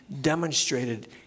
demonstrated